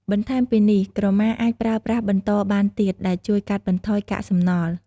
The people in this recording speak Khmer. បន្ថែមពីនេះក្រមាអាចប្រើប្រាស់បន្តបានទៀត ដែលជួយកាត់បន្ថយកាកសំណល់។